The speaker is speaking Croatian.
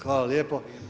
Hvala lijepo.